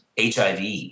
HIV